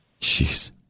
Jeez